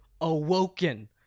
awoken